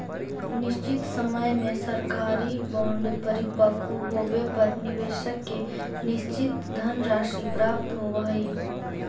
निश्चित समय में सरकारी बॉन्ड परिपक्व होवे पर निवेशक के निश्चित धनराशि प्राप्त होवऽ हइ